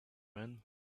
men